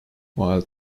while